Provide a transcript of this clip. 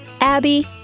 Abby